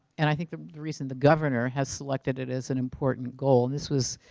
and i think the the reason the governor has selected it as an important goal and this was